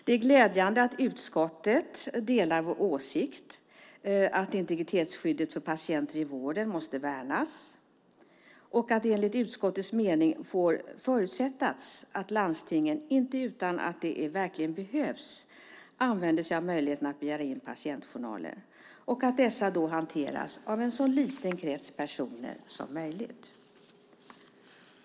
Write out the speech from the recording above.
Det är glädjande att utskottet delar vår åsikt att integritetsskyddet för patienter i vården måste värnas och att det enligt utskottets mening får förutsättas att landstingen inte utan att det verkligen behövs använder sig av möjligheten att begära in patientjournaler och att dessa då hanteras av en så liten krets personer som möjligt.